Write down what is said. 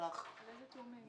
על איזה תיאומים אתה מדבר?